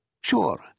Sure